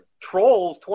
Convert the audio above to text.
Trolls